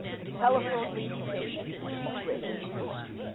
the telephone communication of greater new york.